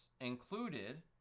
included